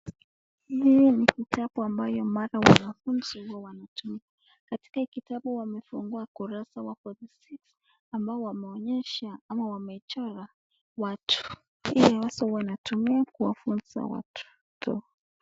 Hii ni kitabu ambayo mara wanafunzi huwa wanatumia. Katika kitabu wamefungua ukurasa wa 46 ambao wameonyesha ama wamechora watu. Hii wazo wanatumia kuwafunza watoto